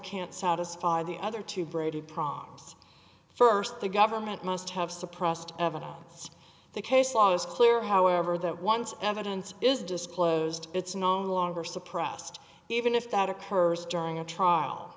can't satisfy the other two brady prongs first the government must have suppressed evidence the case law is clear however that once evidence is disclosed it's known longer suppressed even if that occurs during a trial